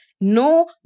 No